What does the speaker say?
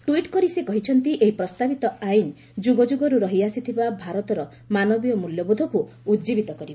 tweet କରି ସେ କହିଛନ୍ତି ଏହି ପ୍ରସ୍ତାବିତ ଆଇନ ଯୁଗଯୁଗରୁ ରହିଆସିଥିବା ଭାରତର ମାନବୀୟ ମୂଲ୍ୟବୋଧକୁ ଉଜ୍ଜୀବିତ କରିବ